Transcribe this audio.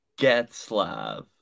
Getslav